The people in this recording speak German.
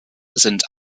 sind